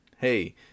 Hey